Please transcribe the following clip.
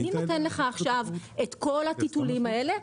אני נותן לך עכשיו את כל הטיטולים האלה,